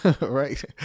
Right